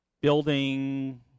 building